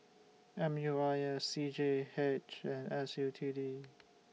M U I S C G H and S U T D